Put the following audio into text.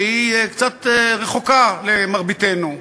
שהיא קצת רחוקה, למרביתנו,